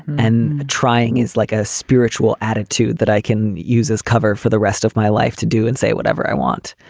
and trying is like a spiritual attitude that i can use as cover for the rest of my life to do and say whatever i want.